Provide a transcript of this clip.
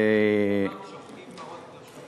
הוא אמר ששוחטים פרות קדושות.